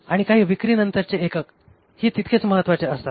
आणि काही विक्रीनंतरचे एकक ही तितकेच महत्वाचे असतात